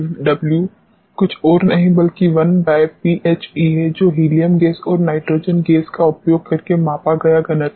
अब VairW कुछ ओर नहीं बल्कि 1ρHe है जो हीलियम गैस और नाइट्रोजन गैस का उपयोग करके मापा गया घनत्व है